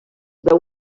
veu